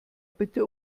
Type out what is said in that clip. bitte